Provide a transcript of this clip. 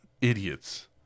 idiots